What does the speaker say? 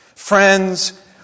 Friends